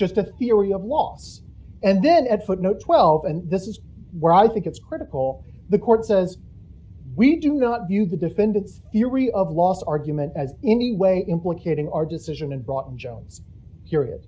just a theory of loss and then at footnote twelve and this is where i think it's critical the court says we do not view the defendants theory of loss argument as in any way implicating our decision and brought in jones her